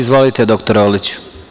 Izvolite, dr Orliću.